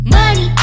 Money